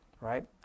right